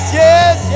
yes